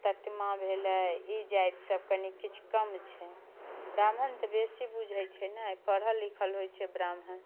तैतिमा भेलै ई जातिसभ कनि किछु कम छै ब्राह्मण तऽ बेसी बुझैत छै ने पढ़ल लिखल होइत छै ब्राह्मण